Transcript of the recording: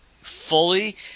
fully